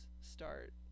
start